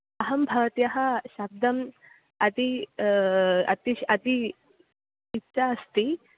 अहं भवत्याः शब्दस्य अति अतिश् अति इच्छा अस्ति